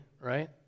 right